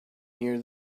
near